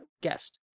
guest